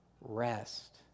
rest